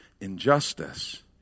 injustice